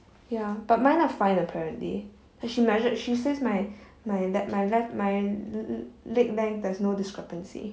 ya but mine are fine apparently she measured she says my my le~ my left my l~ l~ leg length there's no discrepancy